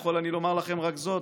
יכול אני לומר לכם רק זאת,